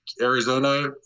Arizona